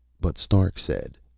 but stark said,